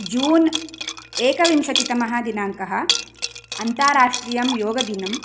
जून् एकविंशतितमः दिनाङ्कः अन्ताराष्ट्रियं योगदिनम्